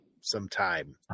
sometime